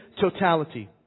totality